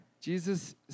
Jesus